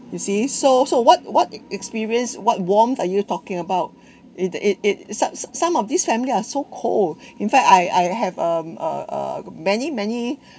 you see so so what what experience what warmth are you talking about it it it some some of these family are so cold in fact I I have um uh uh many many